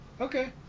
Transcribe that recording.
Okay